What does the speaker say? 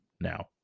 Now